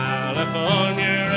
California